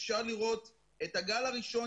אפשר לראות את הגל הראשון,